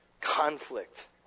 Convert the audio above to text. conflict